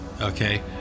okay